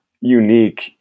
unique